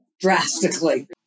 drastically